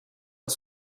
dat